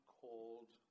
called